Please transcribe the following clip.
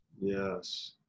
Yes